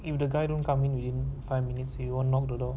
if the guy don't coming in five minutes you won't knock the door